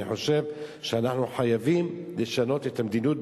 אני חושב שאנחנו חייבים לשנות את המדיניות,